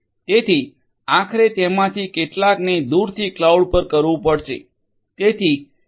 તેથી આખરે તેમાંથી કેટલાકને દૂરથી ક્લાઉડ પર કરવું પડશે